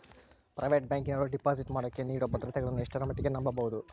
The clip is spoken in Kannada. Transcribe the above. ಪ್ರೈವೇಟ್ ಬ್ಯಾಂಕಿನವರು ಡಿಪಾಸಿಟ್ ಮಾಡೋಕೆ ನೇಡೋ ಭದ್ರತೆಗಳನ್ನು ಎಷ್ಟರ ಮಟ್ಟಿಗೆ ನಂಬಬಹುದು?